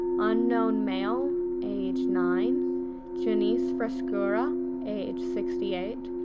unknown male age nine janice frescura age sixty eight,